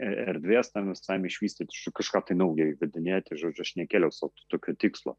erdvės tam visam išvystyt kažką tai naujo įvedinėti žodžiu aš nekėliau sau tokio tikslo